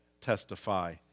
testify